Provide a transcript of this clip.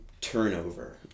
turnover